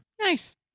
Nice